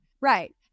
Right